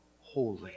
holy